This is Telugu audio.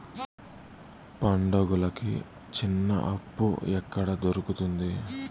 పండుగలకి చిన్న అప్పు ఎక్కడ దొరుకుతుంది